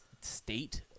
state